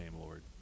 lord